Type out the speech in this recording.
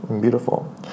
Beautiful